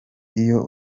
iyo